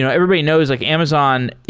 yeah everybody knows like amazon,